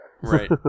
Right